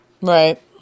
Right